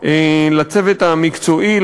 לצוות המקצועי,